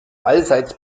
allseits